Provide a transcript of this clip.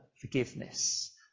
forgiveness